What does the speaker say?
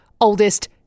oldest